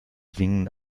singen